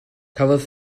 cafodd